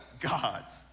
gods